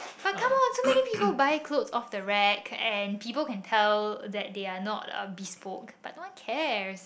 but come on so many people buy clothes off the rack and people can tell that they are not uh bespoke but don't cares